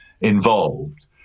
involved